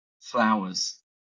flowers